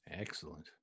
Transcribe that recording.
Excellent